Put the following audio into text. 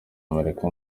amerika